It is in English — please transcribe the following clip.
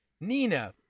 Nina